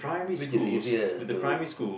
which is easier to